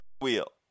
wheel